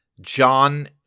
John